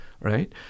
Right